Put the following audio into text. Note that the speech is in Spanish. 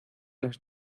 las